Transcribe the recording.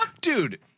Dude